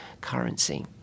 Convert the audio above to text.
currency